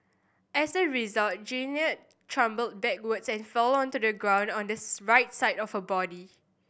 as a result Jeannette stumbled backwards and fell onto the ground on the right side of her body